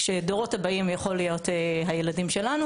כשהדורות הבאים יכול להיות הילדים שלנו,